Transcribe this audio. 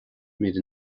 míle